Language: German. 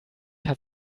hat